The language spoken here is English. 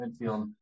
midfield